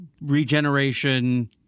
Regeneration